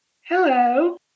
Hello